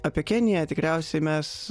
apie keniją tikriausiai mes